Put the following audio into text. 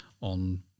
on